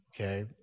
Okay